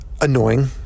annoying